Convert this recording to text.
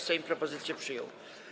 Sejm propozycję przyjął.